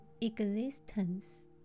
existence